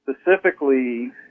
specifically